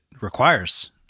requires